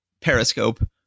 Periscope